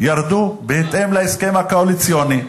ירדו בהתאם להסכם הקואליציוני.